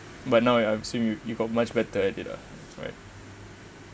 but now I assume you you got much better at it lah right